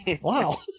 wow